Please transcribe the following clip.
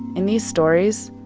in these stories,